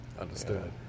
Understood